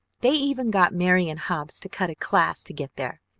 they even got marian hobbs to cut a class to get there.